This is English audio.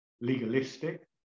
legalistic